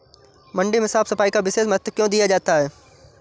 मंडी में साफ सफाई का विशेष महत्व क्यो दिया जाता है?